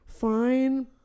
fine